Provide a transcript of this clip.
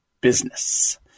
business